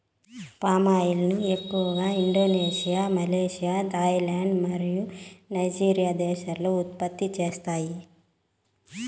palm oil ను ఎక్కువగా Indonesia, Malaysia, Thailand మరియు నైజీరియా దేశాలు ఉత్పత్తి చేస్తాయి